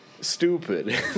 stupid